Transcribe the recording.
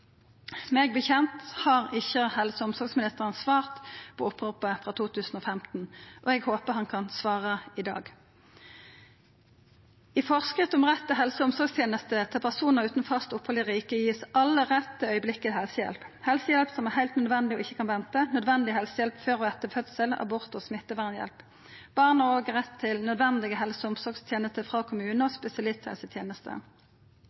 har ikkje helse- og omsorgsministeren svart på oppropet frå 2015, og eg håper han kan svara i dag. Ifølgje «Forskrift om rett til helse- og omsorgstjenester for personer uten fast opphold i riket» har alle rett til helsehjelp som er heilt nødvendig og ikkje kan vente, nødvendig helsehjelp før og etter fødsel og i samband med abort og smittevern. Barn har òg rett til nødvendige helse- og